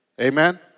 Amen